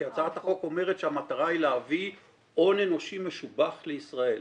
כי הצעת החוק אומרת שהמטרה היא להביא הון אנושי משובח לישראל.